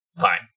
fine